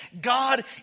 God